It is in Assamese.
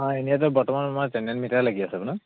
অঁ এনেটো বৰ্তমান আমাৰ আমাৰ জেনেৰেল মিটাৰেই লাগি আছে ন